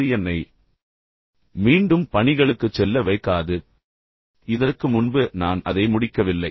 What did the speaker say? அது என்னை மீண்டும் பணிகளுக்குச் செல்ல வைக்காது இதற்கு முன்பு நான் அதை முடிக்கவில்லை